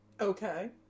Okay